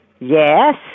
Yes